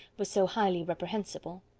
was so highly reprehensible.